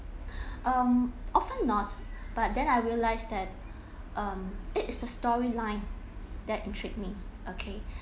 um often not but then I realise that it it's the story line that intrigued me okay